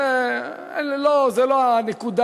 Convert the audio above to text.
זו לא הנקודה,